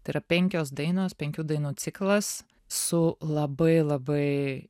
tai yra penkios dainos penkių dainų ciklas su labai labai